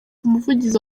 umuvugizi